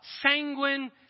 sanguine